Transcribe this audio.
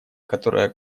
которая